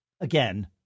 again